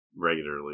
regularly